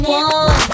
one